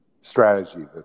strategy